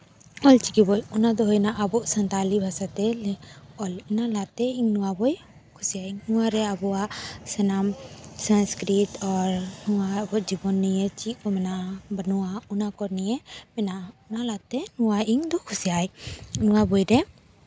ᱚᱞ ᱪᱤᱠᱤ ᱵᱳᱭ ᱚᱱᱟ ᱫᱚ ᱦᱩᱭᱱᱟ ᱟᱵᱚ ᱥᱟᱱᱛᱟᱲᱤ ᱵᱷᱟᱥᱟᱛᱮ ᱚᱞ ᱠᱟᱱᱟ ᱡᱟᱛᱮ ᱤᱧ ᱱᱚᱣᱟ ᱵᱳᱭ ᱠᱩᱥᱤᱭᱟᱜ ᱟᱹᱧ ᱱᱚᱣᱟᱨᱮ ᱟᱵᱚᱣᱟᱜ ᱥᱟᱱᱟᱢ ᱥᱚᱥᱠᱨᱤᱛ ᱚᱞ ᱱᱚᱣᱟ ᱟᱵᱚ ᱡᱤᱵᱚᱱ ᱱᱤᱭᱮ ᱪᱮᱫ ᱠᱚ ᱢᱮᱱᱟᱜᱼᱟ ᱵᱟᱹᱱᱩᱜᱼᱟ ᱚᱱᱟ ᱠᱚ ᱱᱤᱭᱮ ᱚᱱᱟᱛᱮ ᱤᱧ ᱫᱚ ᱠᱩᱥᱤᱭᱟᱜ ᱟᱹᱧ ᱱᱚᱣᱟ ᱵᱳᱭ ᱨᱮ